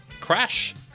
Crash